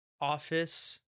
office